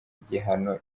igihano